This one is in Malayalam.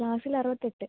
ക്ലാസ്സിലറുപത്തെട്ട്